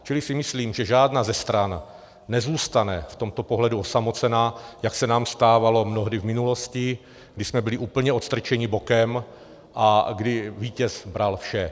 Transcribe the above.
Čili si myslím, že žádná ze stran nezůstane v tomto pohledu osamocená, jak se nám stávalo mnohdy v minulosti, když jsme byli úplně odstrčeni bokem a kdy vítěz bral vše.